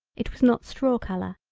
it was not straw color,